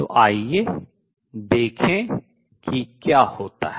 तो आइए देखें कि क्या होता है